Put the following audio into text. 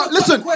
Listen